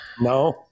No